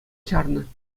чарнӑ